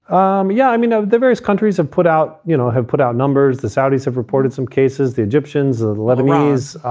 um yeah. i mean, of the various countries have put out, you know, have put out numbers, the saudis have reported some cases, the egyptians and ah the lebanese,